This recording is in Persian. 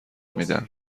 میدن